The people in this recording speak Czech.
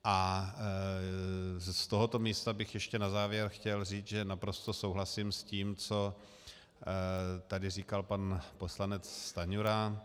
A z tohoto místa bych ještě na závěr chtěl říct, že naprosto souhlasím s tím, co tady říkal pan poslanec Stanjura.